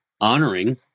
honoring